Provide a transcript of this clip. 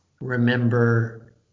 remember